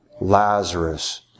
Lazarus